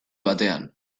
batean